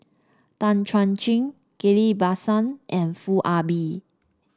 Tan Chuan Jin Ghillie Basan and Foo Ah Bee